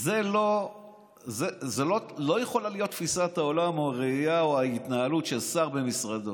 זו לא יכולה להיות תפיסת העולם או הראייה או ההתנהלות של שר במשרדו.